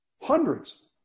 hundreds